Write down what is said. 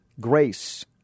grace